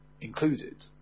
included